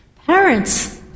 Parents